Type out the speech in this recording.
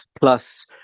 plus